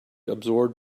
absorbed